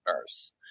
nurse